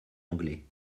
anglais